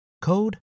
code